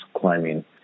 climbing